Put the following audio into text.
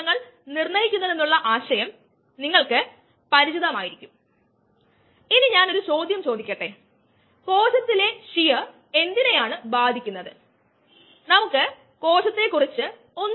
per unit volume അടിസ്ഥാനത്തിലുമുള്ള നിരക്ക് k3 enzyme substrate complex first order തരത്തിൽ ഉള്ള ഒന്നാണ്